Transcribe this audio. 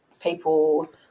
people